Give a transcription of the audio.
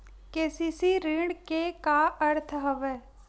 KCC ऋण के का अर्थ हवय?